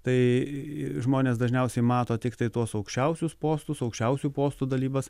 tai žmonės dažniausiai mato tiktai tuos aukščiausius postus aukščiausių postų dalybas